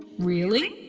really?